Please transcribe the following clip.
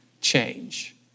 change